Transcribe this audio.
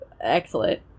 excellent